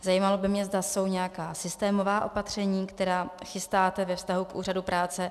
Zajímalo by mě, zda jsou nějaká systémová opatření, která chystáte ve vztahu k Úřadu práce.